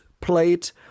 plate